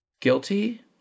Guilty